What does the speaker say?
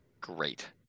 great